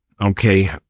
Okay